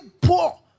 poor